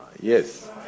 Yes